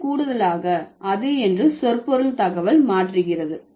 திறன் கூடுதலாக அது என்று சொற்பொருள் தகவல் மாற்றுகிறது